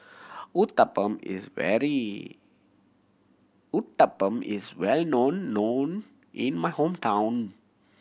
Uthapam is very Uthapam is well known known in my hometown